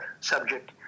subject